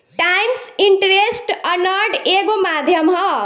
times interest earned एगो माध्यम ह